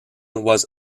was